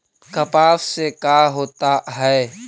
कपास से का होता है?